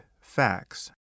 facts